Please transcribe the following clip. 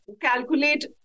calculate